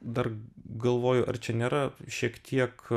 dar galvoju ar čia nėra šiek tiek